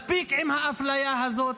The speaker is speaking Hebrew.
מספיק עם האפליה הזאת.